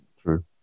True